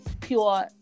pure